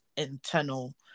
internal